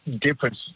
difference